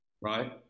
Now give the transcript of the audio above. right